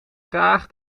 traag